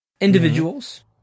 individuals